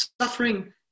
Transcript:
suffering